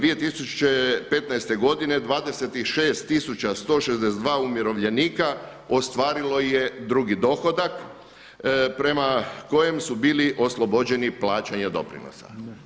2015. godine 26162 umirovljenika ostvarilo je drugi dohodak prema kojem su bili oslobođeni plaćanja doprinosa.